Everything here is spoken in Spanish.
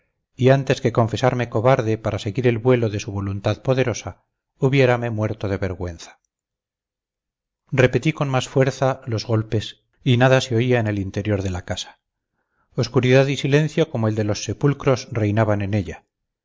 y antes que confesarme cobarde para seguir el vuelo de su voluntad poderosa hubiérame muerto de vergüenza repetí con más fuerza los golpes y nada se oía en el interior de la casa oscuridad y silencio como el de los sepulcros reinaban en ella